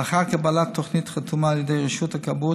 לאחר קבלת תוכנית חתומה על ידי רשות הכבאות